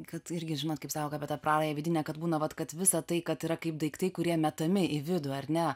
kad irgi žinot kaip sako apie tą prarają vidinę kad būna vat kad visą tai kad yra kaip daiktai kurie metami į vidų ar ne